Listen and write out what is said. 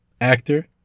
actor